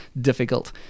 difficult